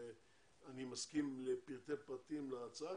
אני מסכים לפרטי פרטים להצעה,